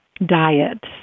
diet